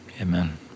Amen